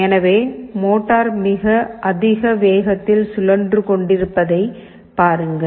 எனவே மோட்டார் மிக அதிக வேகத்தில் சுழன்று கொண்டிருப்பதைப் பாருங்கள்